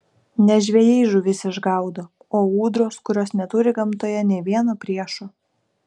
ne žvejai žuvis išgaudo o ūdros kurios neturi gamtoje nė vieno priešo